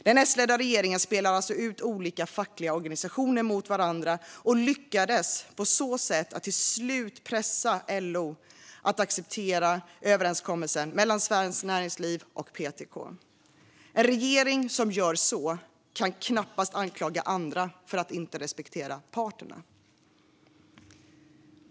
Den S-ledda regeringen spelade alltså ut olika fackliga organisationer mot varandra och lyckades på så sätt till slut pressa LO att acceptera överenskommelsen mellan Svenskt Näringsliv och PTK. En regering som gör så kan knappast anklaga andra för att inte respektera parterna.